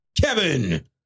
Kevin